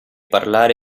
parlare